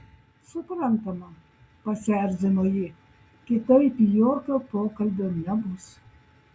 suprantama pasierzino ji kitaip jokio pokalbio nebus